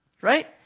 right